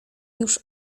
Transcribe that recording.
już